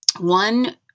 One